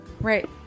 Right